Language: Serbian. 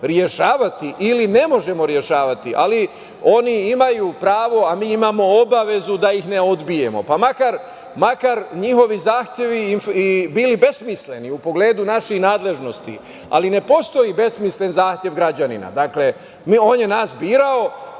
rešavati ili ne možemo rešavati, ali oni imaju pravo, a mi imamo obavezu da ih ne odbijemo, pa makar njihovi zahtevi bili besmisleni u pogledu naših nadležnosti. Ali ne postoji besmislen zahtev građanina. Dakle, on je nas birao